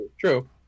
true